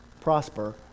prosper